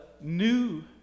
new